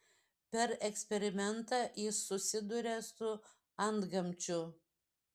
per eksperimentą jis susiduria su antgamčiu